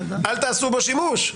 אל תעשו בו שימוש,